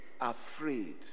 afraid